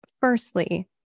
Firstly